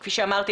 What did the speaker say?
כפי שאמרתי,